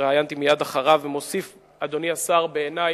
והתראיינתי מייד אחריו, ומוסיף, אדוני השר, בעיני,